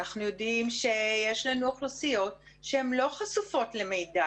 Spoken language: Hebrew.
אנחנו יודעים שיש לנו אוכלוסיות שהן לא חשופות למידע,